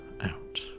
out